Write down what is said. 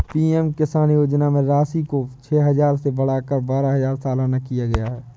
PM Kisan योजना में राशि को छह हजार से बढ़ाकर बारह हजार सालाना किया गया है